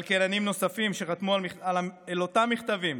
כלכלנים נוספים שחתמו על אותם מכתבים